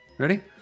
Ready